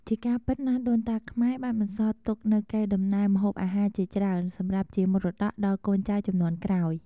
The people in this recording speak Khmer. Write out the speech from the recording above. ជាការពិតណាស់ដូនតាខ្មែរបានបន្សល់ទុកនូវកេរដំណែលម្ហូបអាហារជាច្រើន សម្រាប់ជាមរតកដល់កូនចៅជំនាន់ក្រោយ។